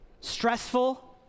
stressful